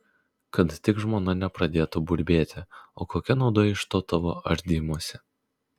kad tik žmona nepradėtų burbėti o kokia nauda iš to tavo ardymosi